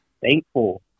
thankful